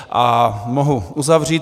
A mohu uzavřít.